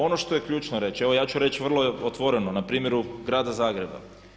Ono što je ključno reći, evo ja ću reći vrlo je otvoreno na primjeru grada Zagreba.